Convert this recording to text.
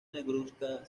negruzca